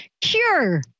cure